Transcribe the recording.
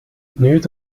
nüüd